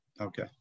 Okay